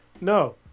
No